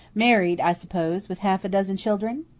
married, i suppose, with half a dozen children?